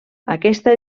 aquesta